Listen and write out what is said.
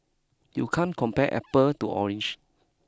you can't compare apple to orange